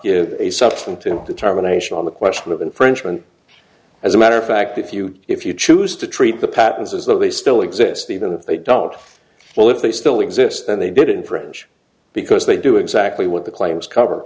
give a substantive determination on the question of infringement as a matter of fact if you if you choose to treat the patents as though they still exist even if they don't well if they still exist and they did infringe because they do exactly what the claims cover